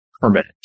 permanent